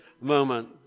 moment